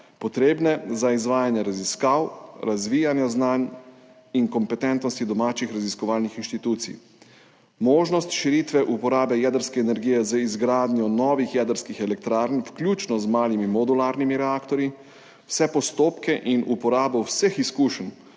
potrebne za izvajanje raziskav, razvijanja znanj in kompetentnosti domačih raziskovalnih inštitucij. Možnost širitve uporabe jedrske energije za izgradnjo novih jedrskih elektrarn, vključno z malimi modularnimi reaktorji, vse postopke in uporabo vseh izkušenj